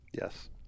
Yes